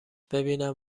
ببینم